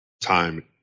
time